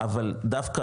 אבל דווקא,